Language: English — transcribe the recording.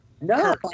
No